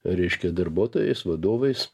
reiškia darbuotojais vadovais